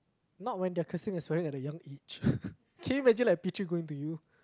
not when they're cursing and swearing at a young age can you imagine like a P-three going to you